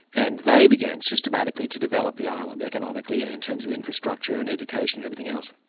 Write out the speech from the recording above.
and they began systematically to develop the island economically, and in terms of infrastructure and education and everything else.